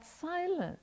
silence